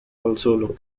also